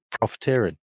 profiteering